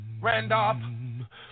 Randolph